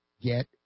get